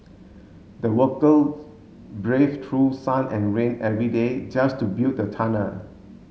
the worker braved through sun and rain every day just to build the tunnel